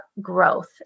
growth